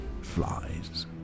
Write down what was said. flies